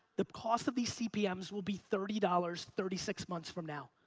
the cost of these cpms will be thirty dollars, thirty six months from now.